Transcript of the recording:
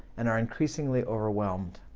and are increasingly overwhelmed.